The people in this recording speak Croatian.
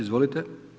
Izvolite.